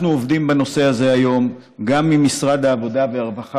אנחנו עובדים בנושא הזה היום גם עם משרד העבודה והרווחה,